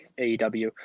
AEW